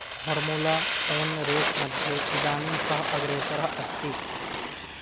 formula one race मध्ये इदानीं कः अग्रेसरः अस्ति